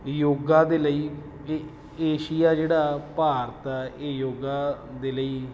ਯੋਗਾ ਦੇ ਲਈ ੲ ਏਸ਼ੀਆ ਜਿਹੜਾ ਭਾਰਤ ਆ ਇਹ ਯੋਗਾ ਦੇ ਲਈ